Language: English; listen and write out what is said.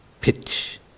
pitch